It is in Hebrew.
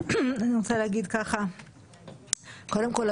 קודם כל,